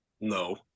no